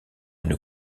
une